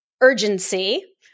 urgency